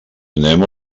anem